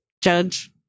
judge